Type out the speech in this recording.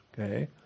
okay